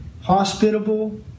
Hospitable